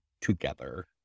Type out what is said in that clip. together